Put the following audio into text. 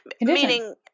meaning